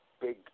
big